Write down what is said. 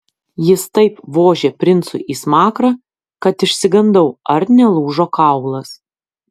jis taip vožė princui į smakrą kad išsigandau ar nelūžo kaulas